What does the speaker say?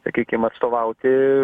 sakykim atstovauti